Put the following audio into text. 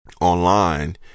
online